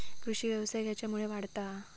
कृषीव्यवसाय खेच्यामुळे वाढता हा?